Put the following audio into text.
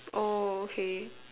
oh okay